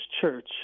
Church